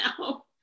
now